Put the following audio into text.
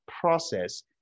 process